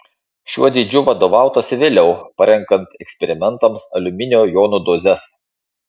šiuo dydžiu vadovautasi vėliau parenkant eksperimentams aliuminio jonų dozes